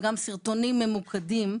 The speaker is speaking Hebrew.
וגם סרטונים ממוקדים,